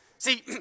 See